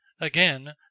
Again